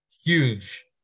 huge